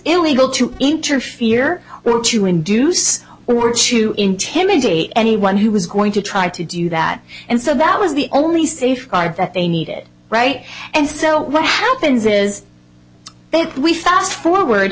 illegal to interfere or to induce were to intimidate anyone who was going to try to do that and so that was the only safeguard that they needed right and so what happens is that we fast forward